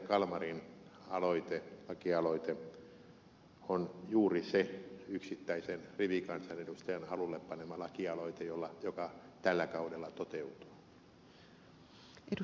kalmarin lakialoite on juuri se yksittäisen rivikansanedustajan alulle panema lakialoite joka tällä kaudella toteutuu